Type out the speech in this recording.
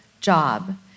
job